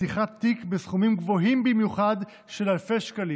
פתיחת תיק בסכומים גבוהים במיוחד של אלפי שקלים,